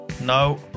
No